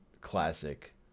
classic